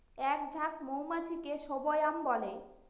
এক ঝাঁক মধুমাছিকে স্বোয়াম বলে